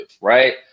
right